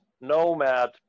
Nomad